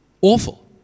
awful